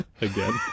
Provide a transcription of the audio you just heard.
again